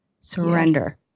Surrender